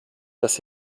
das